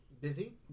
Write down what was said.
busy